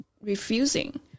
refusing